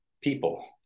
people